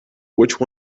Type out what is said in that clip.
which